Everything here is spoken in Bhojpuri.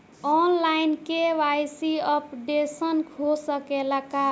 आन लाइन के.वाइ.सी अपडेशन हो सकेला का?